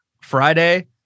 Friday